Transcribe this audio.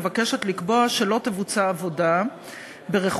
מבקשת לקבוע שלא תבוצע עבודה ברכוש